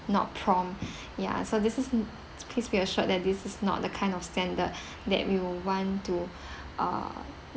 not prompt ya so this is please be assured that this is not the kind of standard that we will want to uh